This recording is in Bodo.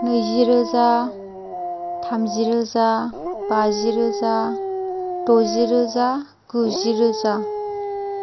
नैजि रोजा थामजि रोजा बाजि रोजा द'जि रोजा गुजि रोजा